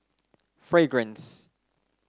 Fragrance